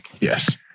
Yes